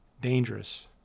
dangerous